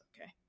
okay